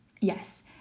yes